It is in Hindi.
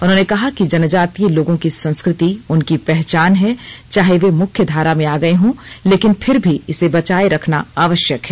उन्होंने कहा कि जनजातीय लोगों की संस्कृति उनकी पहचान है चाहे वे मुख्यधारा में आ गए हों लेकिन फिर भी इसे बचाये रखना आवश्यक है